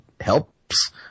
helps